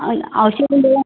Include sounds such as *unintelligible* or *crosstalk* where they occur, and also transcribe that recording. आणि औषधं *unintelligible*